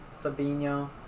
Fabinho